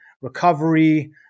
recovery